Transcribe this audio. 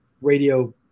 radio